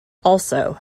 also